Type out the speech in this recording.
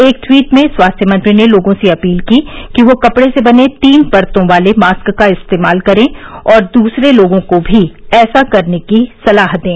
एक ट्वीट में स्वास्थ्य मंत्री ने लोगों से अपील की कि वे कपड़े से बने तीन परतों वाले मास्क का इस्तेमाल करें और दूसरे लोगों को भी ऐसा करने की सलाह दें